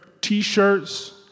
t-shirts